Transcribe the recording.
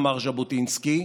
אמר ז'בוטינסקי,